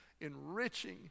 enriching